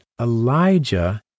Elijah